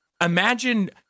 imagine